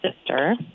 sister